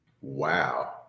Wow